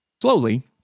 slowly